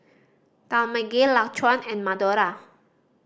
Talmage Laquan and Madora